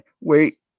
wait